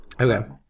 Okay